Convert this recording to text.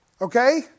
okay